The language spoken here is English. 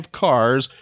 cars